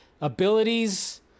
abilities